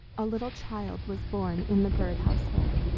a little child was born in the bird household.